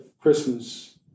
Christmas